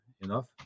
enough